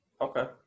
Okay